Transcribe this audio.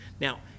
Now